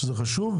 שזה חשוב,